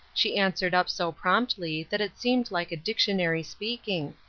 she answered up so promptly that it seemed like a dictionary speaking,